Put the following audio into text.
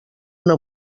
una